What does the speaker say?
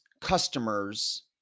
customers